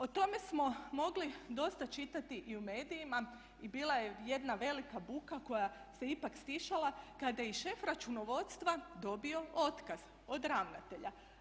O tome smo mogli dosta čitati i u medijima i bila je jedna velika buka koja se ipak stišla kada je i šef računovodstva dobio otkaz od ravnatelja.